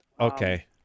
Okay